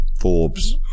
Forbes